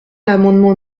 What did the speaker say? l’amendement